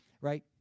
right